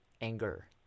anger